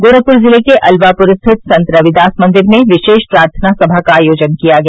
गोरखपुर जिले के अलवापुर स्थित संत रविदास मंदिर में विशेष प्रार्थनासभा का आयोजन किया गया